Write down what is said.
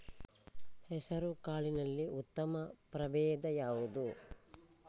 ಹೆಸರುಕಾಳಿನಲ್ಲಿ ಉತ್ತಮ ಪ್ರಭೇಧ ಯಾವುದು?